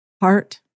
heart